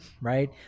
right